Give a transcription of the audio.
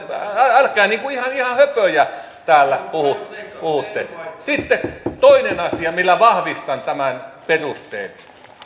älkää ihan ihan höpöjä täällä puhutte sitten toinen asia millä vahvistan tämän perusteen